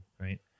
right